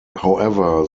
however